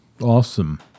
Awesome